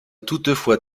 toutefois